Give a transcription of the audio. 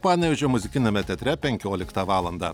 panevėžio muzikiniame teatre penkioliktą valandą